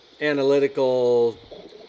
analytical